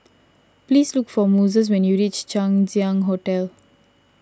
please look for Moses when you reach Chang Ziang Hotel